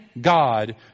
God